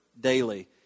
daily